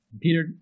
peter